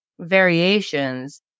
variations